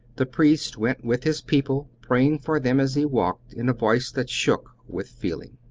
the priest went with his people, praying for them as he walked, in a voice that shook with feeling.